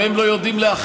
אם הם לא יודעים להכריע,